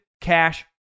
cash